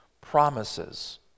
promises